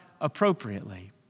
appropriately